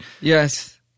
Yes